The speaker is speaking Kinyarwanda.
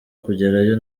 kugerayo